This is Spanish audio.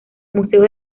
museos